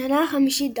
בשנה החמישית,